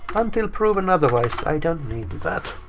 until proven otherwise, i don't need that.